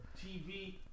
TV